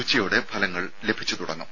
ഉച്ചയോടെ ഫലങ്ങൾ ലഭിച്ച് തുടങ്ങും